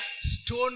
stone